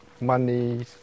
money